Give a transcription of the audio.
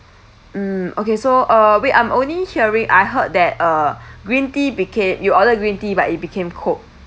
mm okay so uh wait I'm only hearing I heard that uh green tea beca~ you ordered green tea but it became coke